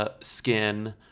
skin